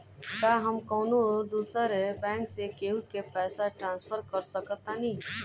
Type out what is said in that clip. का हम कौनो दूसर बैंक से केहू के पैसा ट्रांसफर कर सकतानी?